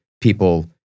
people